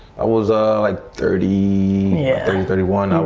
i was like, thirty yeah thirty, thirty one.